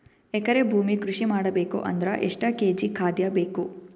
ಎಕರೆ ಭೂಮಿ ಕೃಷಿ ಮಾಡಬೇಕು ಅಂದ್ರ ಎಷ್ಟ ಕೇಜಿ ಖಾದ್ಯ ಬೇಕು?